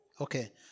Okay